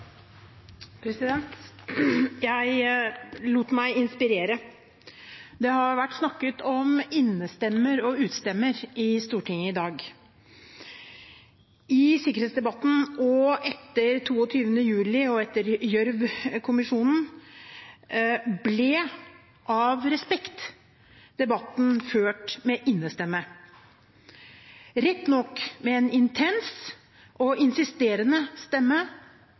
Jeg lot meg inspirere. Det har vært snakket om innestemmer og utestemmer i Stortinget i dag. I sikkerhetsdebatten etter 22. juli og etter Gjørv-kommisjonen ble, av respekt, debatten ført med innestemme – rett nok med en intens og insisterende stemme,